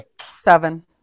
seven